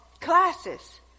classes